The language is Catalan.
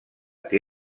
que